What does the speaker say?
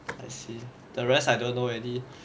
I see the rest I don't know already